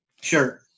Sure